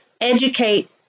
educate